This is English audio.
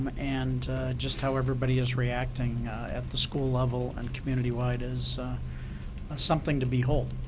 and just how everybody is reacting at the school level and community-wide is something to behold.